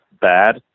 bad